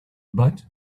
but